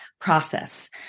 process